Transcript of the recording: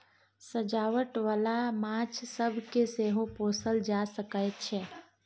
सजावट बाला माछ सब केँ सेहो पोसल जा सकइ छै